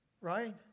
Right